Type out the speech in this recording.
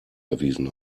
erwiesen